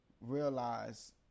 realize